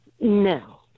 No